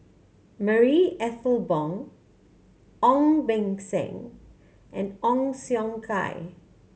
Marie Ethel Bong Ong Beng Seng and Ong Siong Kai